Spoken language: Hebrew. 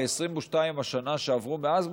ב-22 השנה שעברו מאז,